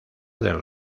del